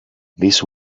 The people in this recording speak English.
this